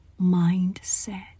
mindset